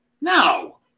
No